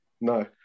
No